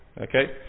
Okay